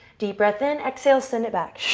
deep breath in. exhale, send it back.